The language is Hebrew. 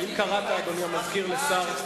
אדוני המזכיר, האם קראת לשר?